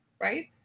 right